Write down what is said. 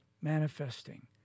manifesting